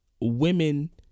women